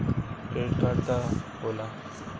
Credit card का होला?